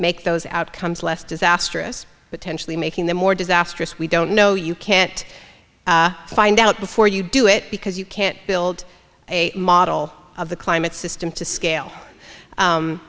make those outcomes less disastrous potentially making them more disastrous we don't know you can't find out before you do it because you can't build a model of the climate system to scale